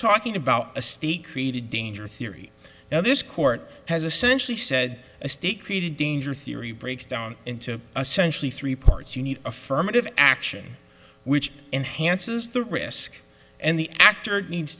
talking about a state created danger theory now this court has essentially said a state created danger theory breaks down into a century three parts you need affirmative action which enhances the risk and the actor needs